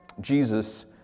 Jesus